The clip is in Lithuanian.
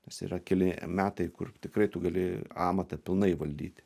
nes yra keli metai kur tikrai tu gali amatą pilnai valdyti